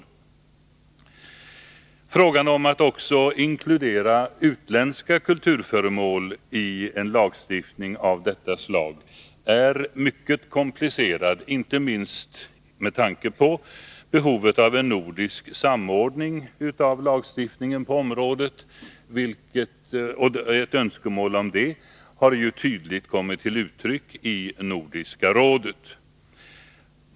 Frågan om att också inkludera utländska kulturföremål i en lagstiftning av detta slag är mycket komplicerad, inte minst med tanke på behovet av en nordisk samordning av lagstiftningen på området. Ett önskemål om detta har ju tydligt kommit till uttryck i Nordiska rådet.